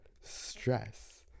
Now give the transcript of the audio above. stress